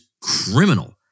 criminal